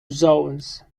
zones